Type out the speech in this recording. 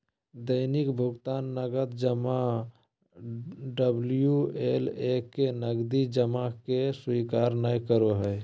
दैनिक भुकतान नकद जमा डबल्यू.एल.ए में नकदी जमा के स्वीकार नय करो हइ